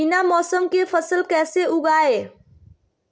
बिना मौसम के फसल कैसे उगाएं?